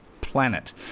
planet